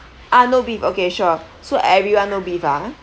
ah no beef okay sure so everyone no beef ah